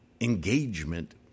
engagement